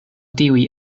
tiuj